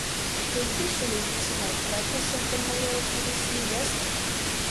kaip tik ši laikysena pratęsia pirmąjį eucharistinį gestą